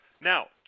Now